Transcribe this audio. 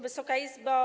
Wysoka Izbo!